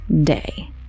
day